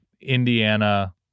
indiana